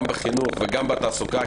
גם בחינוך וגם בתעסוקה,